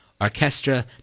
Orchestra